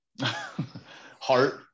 Heart